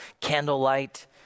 candlelight